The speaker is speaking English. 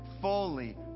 fully